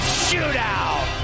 shootout